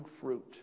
fruit